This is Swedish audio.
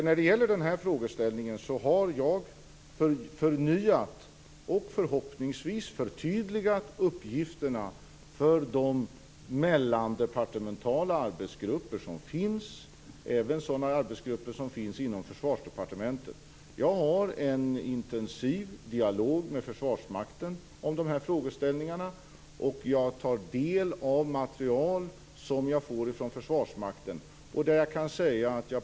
När det gäller den här frågeställningen har jag förnyat och förhoppningsvis förtydligat uppgifterna för de mellandepartementala arbetsgrupper som finns. Det gäller även sådan arbetsgrupper som finns inom Försvarsdepartementet. Jag har en intensiv dialog med Försvarsmakten om de här frågeställningarna. Jag tar del av material som jag får från Försvarsmakten.